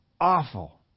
awful